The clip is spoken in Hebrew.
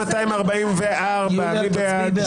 1,245 מי בעד?